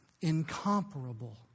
Incomparable